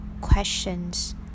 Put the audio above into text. Questions